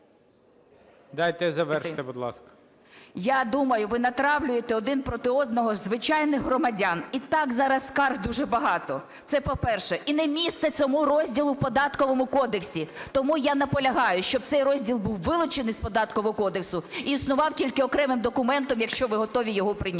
Дайте завершити, будь ласка. ЮЖАНІНА Н.П. Я думаю, ви натравлюєте один проти одного звичайних громадян. І так зараз скарг дуже багато. Це, по-перше. І не місце цьому розділу в Податковому кодексі. Тому я наполягаю, щоб цей розділ був вилучений з Податкового кодексу і існував тільки окремим документом, якщо ви готові його прийняти.